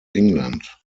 england